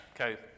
okay